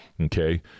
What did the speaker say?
Okay